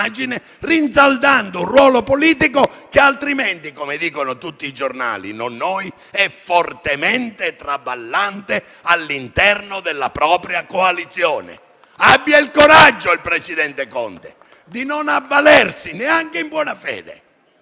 rinsaldando un ruolo politico che, altrimenti, come dicono tutti i giornali e non noi, è fortemente traballante all'interno della propria coalizione? Abbia il coraggio il presidente Conte di non avvalersi, neanche in buona fede,